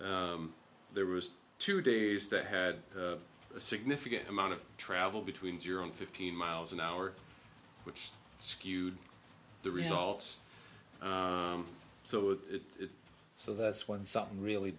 there was two days that had a significant amount of travel between zero and fifteen miles an hour which skewed the results so that it so that's when something really